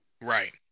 Right